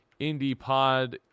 IndiePod